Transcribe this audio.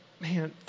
Man